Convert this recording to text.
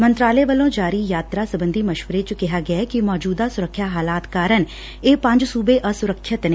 ਮੰਤਰਾਲੇ ਵੱਲੋਂ ਜਾਰੀ ਯਾਤਰਾ ਸਬੰਧੀ ਮਸ਼ਵਰੇ ਚ ਕਿਹਾ ਗਿਐ ਕਿ ਮੌਜੁਦਾ ਸੁਰੱਖਿਆ ਹਾਲਾਤ ਕਾਰਨ ਇਹ ਪੰਜ ਸੁਬੇ ਅਸੁਰੱਖਿਅਤ ਨੇ